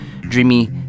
dreamy